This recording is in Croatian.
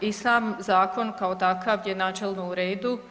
I sam zakon kao takav je načelno u redu.